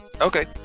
Okay